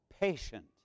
patient